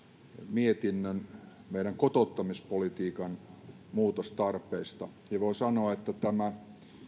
mietinnön meidän kotouttamispolitiikan muutostarpeista ja voi sanoa että tämä